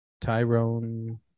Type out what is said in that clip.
tyrone